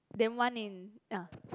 then one in ah